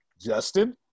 justin